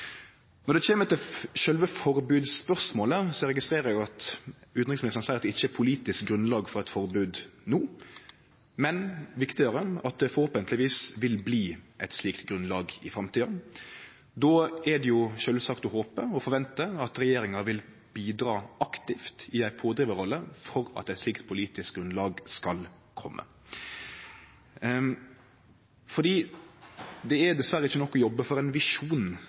når det kjem til sjølve forbodsspørsmålet, registrerer eg at utanriksministeren seier at det ikkje er politisk grunnlag for eit forbod no, men viktigare: at det forhåpentlegvis vil bli eit slikt grunnlag i framtida. Då er det sjølvsagt å håpe og forvente at regjeringa vil bidra aktivt i ei pådrivarrolle for at eit slikt politisk grunnlag skal kome. Det er dessverre ikkje nok å jobbe for ein visjon